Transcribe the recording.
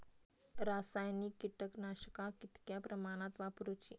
रासायनिक कीटकनाशका कितक्या प्रमाणात वापरूची?